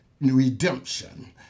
redemption